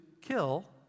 kill